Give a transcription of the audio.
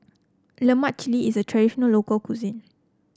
lemak cili is a traditional local cuisine